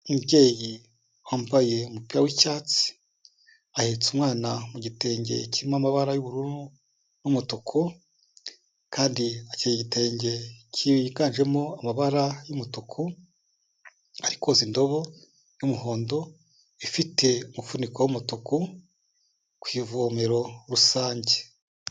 Umubyeyi wambaye umupira w'icyatsi, ahetse umwana mu gitenge kirimo amabara y'ubururu n'umutuku kandi akenyeye igitenge cyiganjemo amabara y'umutuku, ari koza indobo y'umuhondo ifite umufuniko w'umutuku ku ivomero rusange.